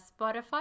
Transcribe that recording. Spotify